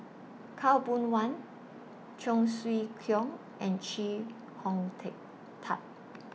Khaw Boon Wan Cheong Siew Keong and Chee Hong Tat